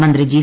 മന്ത്രി ജി